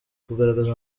kugaragaza